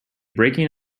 breaking